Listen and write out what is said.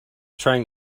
trying